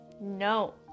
no